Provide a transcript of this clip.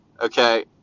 Okay